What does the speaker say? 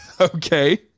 Okay